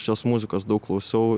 šios muzikos daug klausau